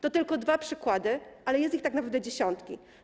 To tylko dwa przykłady, ale jest ich tak naprawdę dziesiątki.